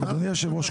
אדוני היושב ראש,